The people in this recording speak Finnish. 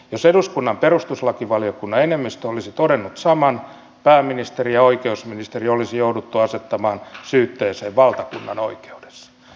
jos eduskunnan perustuslakivaliokunnan enemmistö olisi todennut saman pääministeri ja oikeusministeri olisi jouduttu asettamaan syytteeseen valtakunnanoikeudessa